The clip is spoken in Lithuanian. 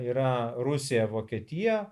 yra rusija vokietija